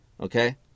Okay